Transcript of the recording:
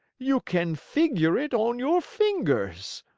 you can figure it on your fingers!